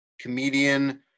comedian